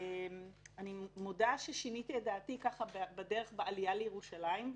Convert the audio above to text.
אני מודה ששיניתי את דעתי בעלייה לירושלים.